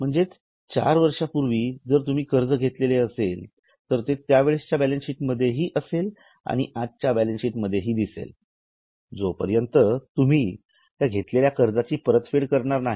म्हणजे चार वर्षांपूर्वी जर तुम्ही कर्ज घेतलेले असेल तर ते त्यावेळेस च्या बॅलन्स शीट मध्ये हि असेल आणि आजच्या बॅलन्स शीट मधेही दिसेल जोपर्यंत तुम्ही त्या कर्जाची परतफेड करणार नाही